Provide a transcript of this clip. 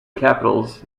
capitals